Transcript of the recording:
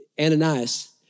Ananias